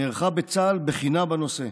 נערכה בצה"ל בחינה בנושא,